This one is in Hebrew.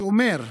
שאומר: